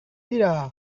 dira